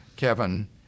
Kevin